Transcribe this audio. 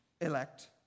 elect